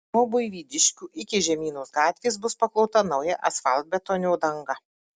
nuo buivydiškių iki žemynos gatvės bus paklota nauja asfaltbetonio danga